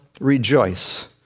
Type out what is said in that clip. rejoice